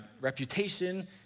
reputation